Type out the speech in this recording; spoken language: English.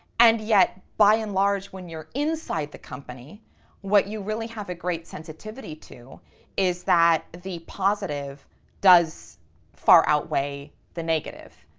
and yet by and large, when you're inside the company what you really have a great sensitivity to is that the positive does far outweigh the negative.